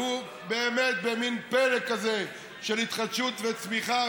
והוא באמת במין פלא כזה של התחדשות וצמיחה,